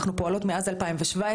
אנחנו פועלות מאז 2017,